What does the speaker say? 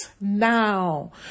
now